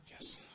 Yes